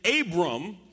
Abram